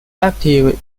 active